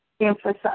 emphasize